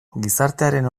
gizartearen